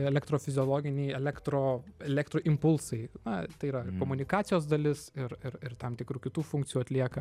elektrofiziologiniai elektro elektroimpulsai na tai yra komunikacijos dalis ir ir ir tam tikrų kitų funkcijų atlieka